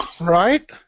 Right